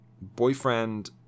boyfriend